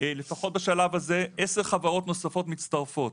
לפחות בשלב הזה 10 חברות נוספות מצטרפות.